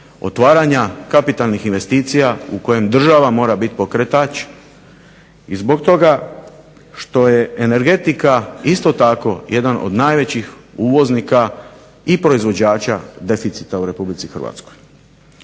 otvaranja kapitalnih investicija u kojem država mora biti pokretač. I zbog toga što je energetika isto tako jedan od najvećih uvoznika i proizvođača deficita u RH.